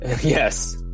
Yes